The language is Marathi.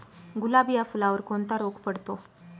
गुलाब या फुलावर कोणता रोग पडतो?